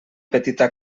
petita